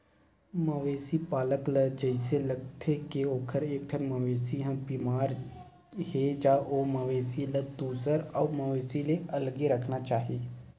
मवेशी पालक ल जइसे लागथे के ओखर एकठन मवेशी ह बेमार हे ज ओ मवेशी ल दूसर अउ मवेशी ले अलगे राखना चाही